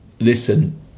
listen